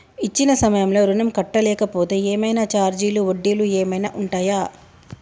ఇచ్చిన సమయంలో ఋణం కట్టలేకపోతే ఏమైనా ఛార్జీలు వడ్డీలు ఏమైనా ఉంటయా?